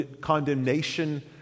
condemnation